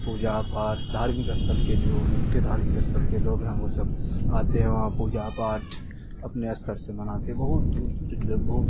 پوجا پاٹھ دھارمک استھل کے جو مکھ دھارمک استھل کے لوگ ہیں وہ سب آتے ہیں وہاں پوجا پاٹھ اپنے استر سے مناتے ہیں بہت دور دور کے لوگ بہت